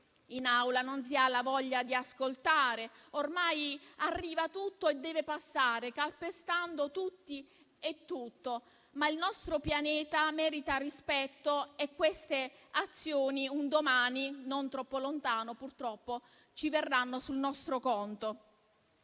neanche qui si ha voglia di ascoltare. Ormai tutto arriva e deve passare, calpestando tutti e tutto. Il nostro pianeta, però, merita rispetto e queste azioni, un domani non troppo lontano, purtroppo ricadranno sul nostro conto.